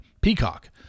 Peacock